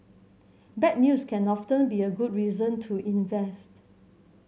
bad news can often be a good reason to invest